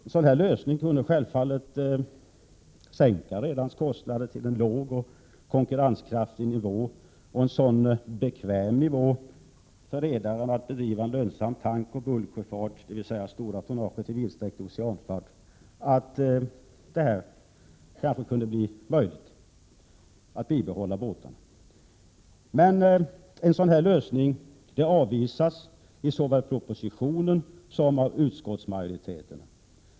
En sådan lösning kunde självfallet sänka redarnas kostnader till en låg och konkurrenskraftig nivå, en sådan bekväm nivå för redaren att det blev möjligt att bedriva en lönsam tankoch bulksjöfart, dvs. sjöfart med det stora tonnaget i vidsträckt oceanfart. En sådan här lösning avvisas såväl i propositionen som av utskottsmajoriteten.